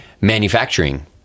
manufacturing